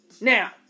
Now